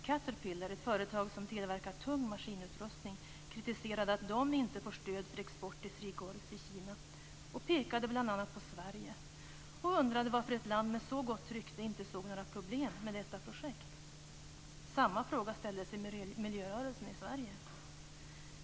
Caterpillar, ett företag som tillverkar tung maskinutrustning, kritiserade att man inte får stöd för export till Three Gorges i Kina och pekade bl.a. på Sverige och undrade varför ett land med så gott rykte inte såg några problem med detta projekt. Samma fråga ställde sig miljörörelsen i Sverige.